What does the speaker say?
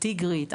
טיגרית,